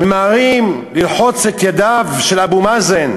ממהרים ללחוץ את ידו של אבו מאזן,